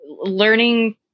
learning